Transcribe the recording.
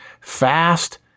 Fast